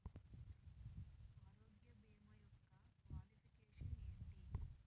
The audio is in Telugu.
ఆరోగ్య భీమా యెక్క క్వాలిఫికేషన్ ఎంటి?